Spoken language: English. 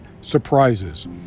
surprises